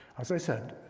as i said,